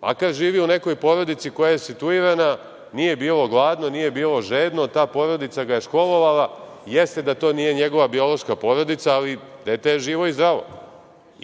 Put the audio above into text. makar živi u nekoj porodici koja je situirana, nije bilo gladno, nije bilo žedno, ta porodica ga je školovala. Jeste da to nije njegova biološka porodica, ali dete je živo i zdravo.